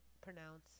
pronounce